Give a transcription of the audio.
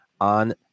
on